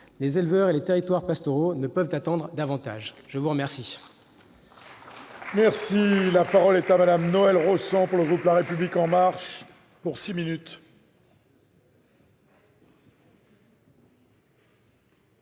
Les éleveurs et les territoires pastoraux ne peuvent attendre davantage ! La parole